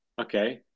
Okay